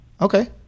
Okay